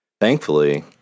Thankfully